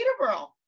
Peterborough